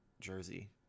jersey